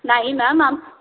नाही मॅम आम